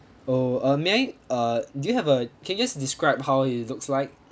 oh uh may I uh do you have a can you just describe how he looks like